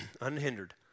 Unhindered